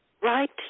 Right